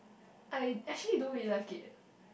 I actually don't really like it